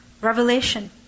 revelation